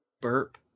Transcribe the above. burp